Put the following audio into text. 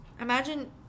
Imagine